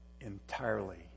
entirely